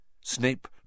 Snape